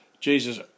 Jesus